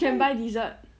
you can buy dessert